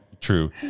True